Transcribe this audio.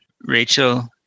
Rachel